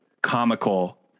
comical